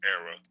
era